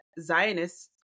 Zionists